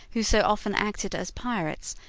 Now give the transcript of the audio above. who so often acted as pirates,